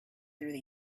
through